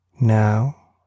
Now